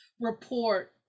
report